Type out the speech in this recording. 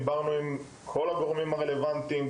שבעקבותיה דיברנו עם כל הגורמים הרלוונטיים,